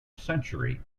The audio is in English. century